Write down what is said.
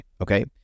Okay